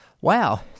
Wow